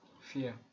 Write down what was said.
Fear